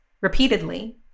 repeatedly